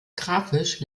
grafisch